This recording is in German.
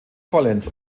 vollends